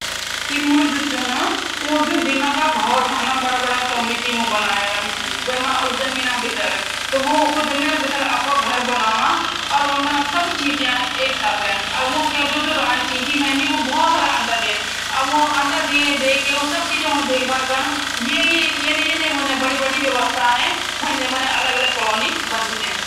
प्रिंटर यो उपकरण छौ। ज्वो कम्यूटर से टैक्स्ट और ग्राफिक आउटपुट ल्यूँदु और तेते कागज़ पर स्थानातंरित करदु।